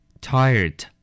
Tired